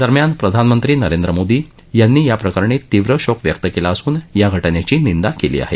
दरम्यान प्रधानमंत्री नरेंद्र मोदी यांनी याप्रकरणी तीव्र शोक व्यक्त केला असून या घटनेची निंदा केली आहे